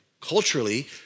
culturally